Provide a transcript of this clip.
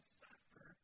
suffer